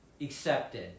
accepted